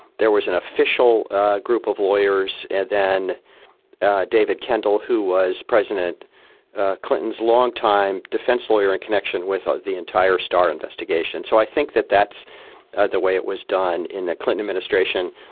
there was an official group of lawyers, and then david kendall, who was president clinton's long-time defense lawyer in connection with ah the entire starr investigation. so i think that that's the way it was done in the clinton administration.